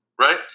Right